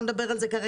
לא נדבר על זה כרגע,